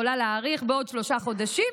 הייתה יכולה להאריך בעוד שלושה חודשים,